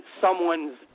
someone's